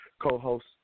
co-host